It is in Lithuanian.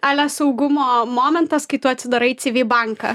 ale saugumo momentas kai tu atsidarai cyvy banką